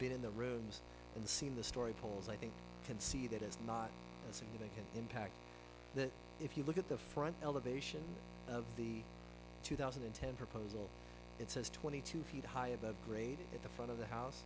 been in the rooms and seen the story poles i think can see that is not in impact that if you look at the front elevation of the two thousand and ten proposal it says twenty two feet high of the grade at the front of the house